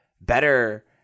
better